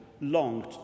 longed